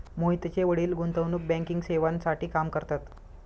मोहितचे वडील गुंतवणूक बँकिंग सेवांसाठी काम करतात